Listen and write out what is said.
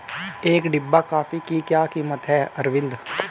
एक डिब्बा कॉफी की क्या कीमत है अरविंद?